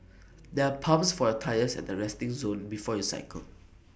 there are pumps for your tyres at the resting zone before you cycle